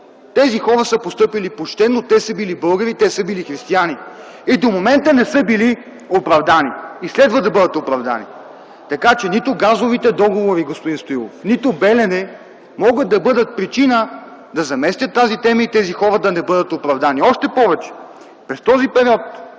Тези хора са постъпили почтено, те са били българи, те са били християни и до момента не са били оправдани и следва да бъдат оправдани. Така че нито газовите договори, господин Стоилов, нито „Белене” могат да бъдат причина да заместят тази тема и тези хора да не бъдат оправдани. Още повече, през този период